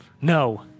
No